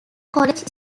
college